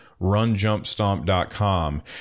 runjumpstomp.com